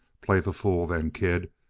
play the fool, then, kid.